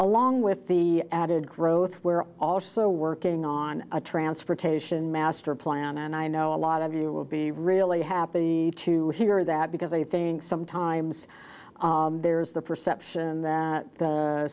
along with the added growth we're also working on a transportation master plan and i know a lot of you will be really happy to hear that because they think sometimes there's the perception that the